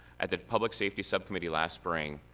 at the public safety subcommittee last spring,